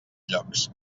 llocs